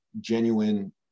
genuine